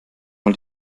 mal